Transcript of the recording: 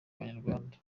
abanyarwanda